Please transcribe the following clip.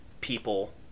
people